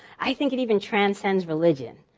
i think it even transcends religion.